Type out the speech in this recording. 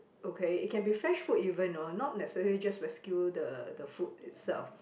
okay it can be fresh food even you know not necessary just rescue the the food itself